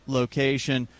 location